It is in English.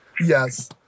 Yes